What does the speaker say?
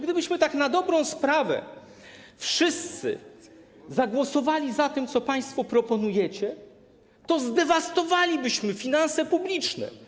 Gdybyśmy tak na dobrą sprawę wszyscy zagłosowali za tym, co państwo proponujecie, to zdewastowalibyśmy finanse publiczne.